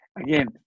again